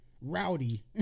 rowdy